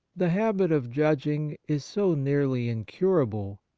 the habit of judging is so nearly incurable,